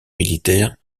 militaire